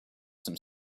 some